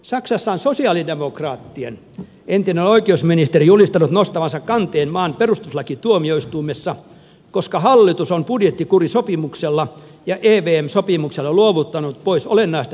saksassa on sosialidemokraattien entinen oikeusministeri julistanut nostavansa kanteen maan perustuslakituomioistuimessa koska hallitus on budjettikurisopimuksella ja evm sopimuksella luovuttanut pois olennaista demokraattista valtaa